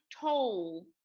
toll